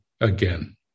again